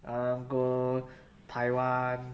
I want go taiwan